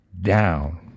down